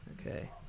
Okay